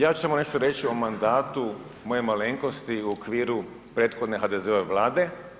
Ja ću samo nešto reći o mandatu moje malenkosti u okviru prethodne HDZ-ove Vlade.